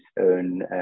own